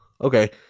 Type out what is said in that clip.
Okay